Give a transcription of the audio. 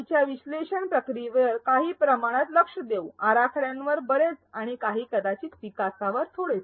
च्या विश्लेषण प्रक्रियेवर काही प्रमाणात लक्ष देऊ आराखड्यांवर बरेच काही आणि कदाचित विकासावर थोडेसे